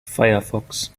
firefox